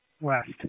west